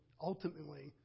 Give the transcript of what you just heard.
ultimately